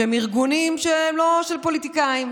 שהם ארגונים שהם לא של פוליטיקאים,